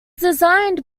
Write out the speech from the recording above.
designed